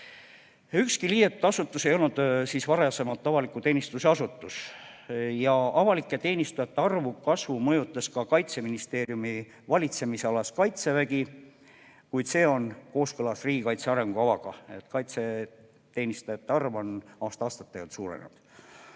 Ükski liidetud asutus ei olnud varasemalt avaliku teenistuse asutus. Avalike teenistujate arvu kasvu mõjutas ka Kaitseministeeriumi valitsemisalas Kaitsevägi, kuid see on kooskõlas riigikaitse arengukavaga. Kaitseteenistujate arv on aasta-aastalt suurenenud.